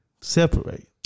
separate